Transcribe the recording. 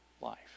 life